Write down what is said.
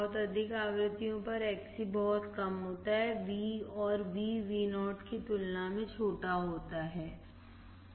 बहुत अधिक आवृत्तियों पर Xc बहुत कम होता है और V VO की तुलना मेंछोटा होताहै